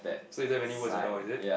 so you don't have any words at all is it